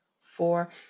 four